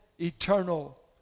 eternal